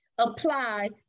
apply